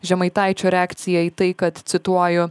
žemaitaičio reakcija į tai kad cituoju